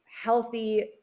healthy